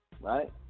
right